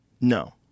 no